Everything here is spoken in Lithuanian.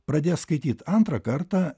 pradės skaityt antrą kartą